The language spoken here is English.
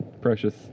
precious